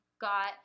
got